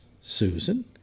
Susan